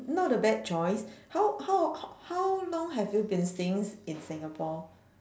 not a bad choice how how how long have you been staying in singapore